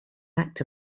act